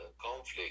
conflict